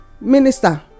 minister